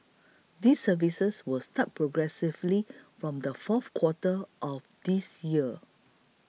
these services will start progressively from the fourth quarter of this year